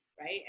right